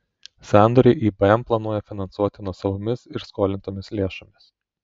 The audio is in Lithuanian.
sandorį ibm planuoja finansuoti nuosavomis ir skolintomis lėšomis